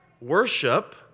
worship